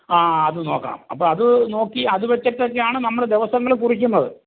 ആ അത് നോക്കണം അപ്പോൾ അത് നോക്കി അത് വെച്ചിട്ടൊക്കെയാണ് നമ്മൾ ദിവസങ്ങൾ കുറിക്കുന്നത്